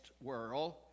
world